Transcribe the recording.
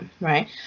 right